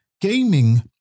Gaming